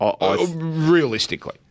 Realistically